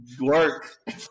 work